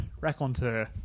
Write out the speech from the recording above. raconteur